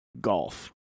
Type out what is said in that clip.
golf